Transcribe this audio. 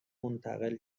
منتقل